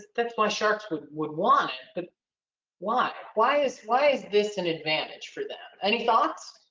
that's why sharks would would want it, but why? why is why is this an advantage for them? any thoughts?